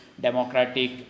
democratic